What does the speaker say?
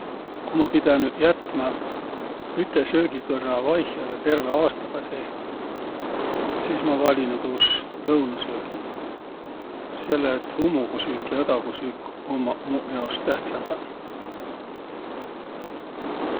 Ku ma pidänüq jätmä üte söögikõrra vaihõlõ terve aastaga seeh, sis ma valinuq tuus lõunõsöögi, selle et hummogusüük ja õdagusüük ummaq muq jaos tähtsämbäq.